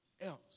else